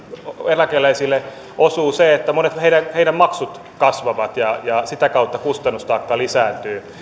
eläkeläisille osuu se että monet heidän heidän maksuistaan kasvavat ja ja sitä kautta kustannustaakka lisääntyy